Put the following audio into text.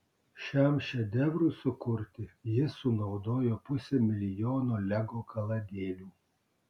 šiam šedevrui sukurti jis sunaudojo pusę milijono lego kaladėlių